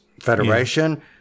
Federation